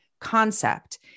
concept